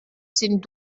sind